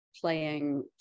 playing